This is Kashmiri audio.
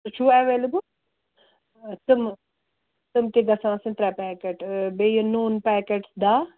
سُہ چھُو اٮ۪ویلیبٕل تِمہٕ تِمہٕ تہِ گژھن آسان ترٛےٚ پیکٮ۪ٹ بیٚیہِ یہِ نوٗن پیکٮ۪ٹ داہ